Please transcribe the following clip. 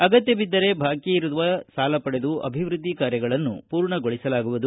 ಅಗತ್ಯ ಬಿದ್ದರೆ ಬಾಕಿ ಉಳಿದಿರುವ ಸಾಲ ಪಡೆದು ಅಭಿವೃದ್ಧಿ ಕಾರ್ಯಗಳನ್ನು ಪೂರ್ಣಗೊಳಿಸಲಾಗುವುದು